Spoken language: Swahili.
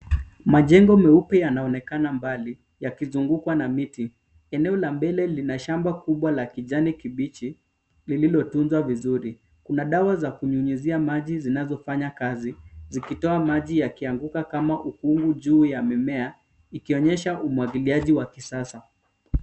Majengo meupe yanaonekana mbali, yakizungukwa na miti. Eneo la mbele lina shamba kubwa la kijani kibichi, lililotunzwa vizuri. Kuna dawa za kunyunyuzia maji zinazofanya kazi, zikitoa maji yakianguka kama ukungu juu ya mimea, ikionyesha umwagiliaji wa kisasa.